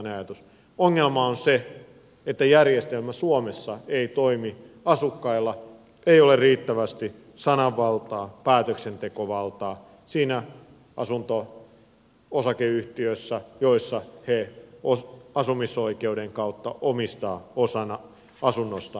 ongelma on se että järjestelmä suomessa ei toimi asukkailla ei ole riittävästi sananvaltaa päätöksentekovaltaa siinä asunto osakeyhtiössä jossa he asumisoikeuden kautta omistavat osan asunnostaan